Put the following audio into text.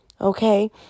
Okay